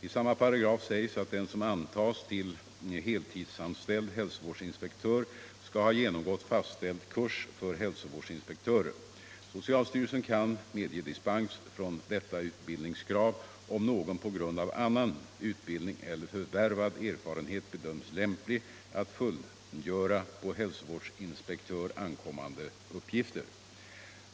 I samma paragraf sägs att den som antas till heltidsanställd hälsovårdsinspektör skall ha genomgått fastställd kurs för hälsovårdsinspektörer. Socialstyrelsen kan medge dispens från detta utbildningskrav om någon på grund av annan utbildning eller förvärvad erfarenhet bedöms lämplig att fullgöra på hälsovårdsinspektör ankommande uppgifter.